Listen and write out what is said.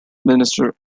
minister